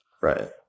Right